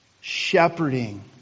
shepherding